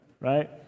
right